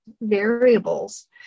Variables